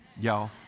Y'all